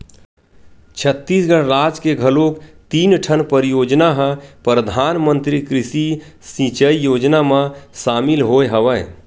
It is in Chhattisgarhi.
छत्तीसगढ़ राज के घलोक तीन ठन परियोजना ह परधानमंतरी कृषि सिंचई योजना म सामिल होय हवय